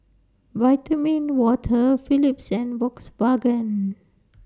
Vitamin Water Philips and Volkswagen